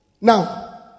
now